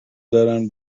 دارن